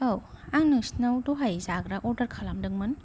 आव आं नोंसिनाव दहाय जाग्रा अर्दार खालामदोंमोन